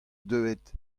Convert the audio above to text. deuet